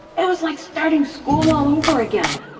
it was like starting school all over again,